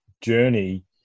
journey